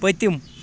پٔتِم